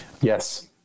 Yes